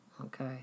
okay